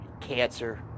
cancer